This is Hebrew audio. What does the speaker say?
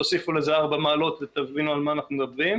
תוסיפו לזה 4 מעלות ותבינו על מה אנחנו מדברים.